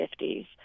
1950s